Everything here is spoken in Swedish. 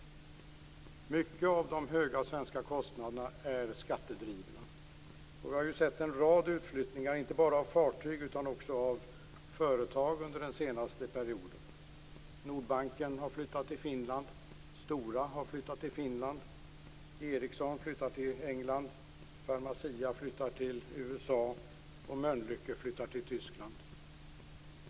Mycket av de höga svenska kostnaderna är skattedrivna. Vi har ju sett en rad utflyttningar inte bara av fartyg utan också av företag under den senaste perioden. Nordbanken har flyttat till Finland, Stora har flyttat till Finland, Ericsson flyttar till England, Pharmacia flyttar till USA och Mölnlycke flyttar till Tyskland.